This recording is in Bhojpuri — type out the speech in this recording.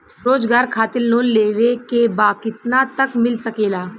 रोजगार खातिर लोन लेवेके बा कितना तक मिल सकेला?